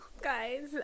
guys